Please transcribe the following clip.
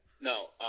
No